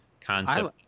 concept